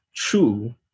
true